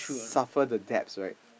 suffer the debts right